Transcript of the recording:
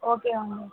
okay అండి